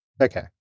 Okay